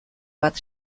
bat